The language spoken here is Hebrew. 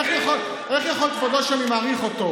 איך יכול כבודו, שאני מעריך אותו,